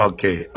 Okay